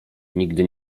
nigdy